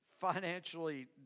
financially